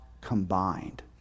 combined